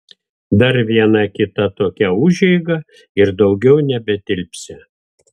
dar viena kita tokia užeiga ir daugiau nebetilpsią